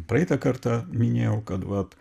praeitą kartą minėjau kad vat